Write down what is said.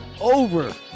over